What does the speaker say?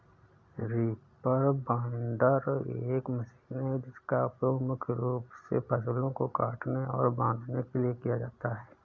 reaper binder एक machine है जिसका उपयोग मुख्य रूप से फसलों को काटने और बांधने के लिए किया जाता है